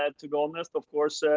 ah to be honest, of course,